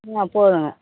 ம் போதுங்க